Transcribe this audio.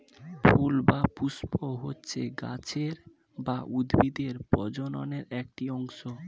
ফুল বা পুস্প হচ্ছে গাছের বা উদ্ভিদের প্রজননের একটি অংশ